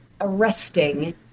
arresting